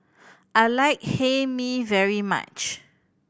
I like Hae Mee very much